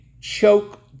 choke